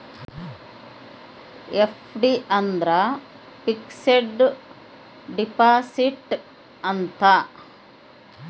FD ಅಂದ್ರ fixed deposit ಅಂತ